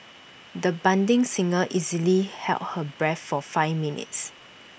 the budding singer easily held her breath for five minutes